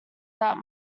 that